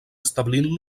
establint